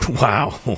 Wow